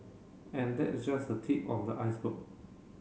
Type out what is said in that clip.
and that is just the tip of the iceberg